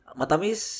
matamis